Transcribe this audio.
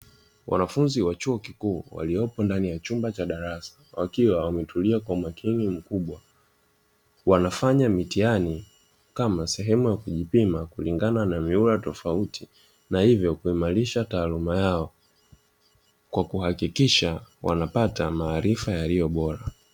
Wanafunzi wa chuo kikuu waliopo ndani ya chumba cha darasa, wakiwa wametulia kwa umakini mkubwa wakifanya mitihani kama sehemu ya kujipima kulingana na mihula tofauti; na hivyo kuimarisha taaluma yao kwa kuhakikisha wanapata taaluma iliyobora.